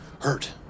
hurt